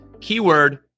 Keyword